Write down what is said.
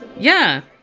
yeah!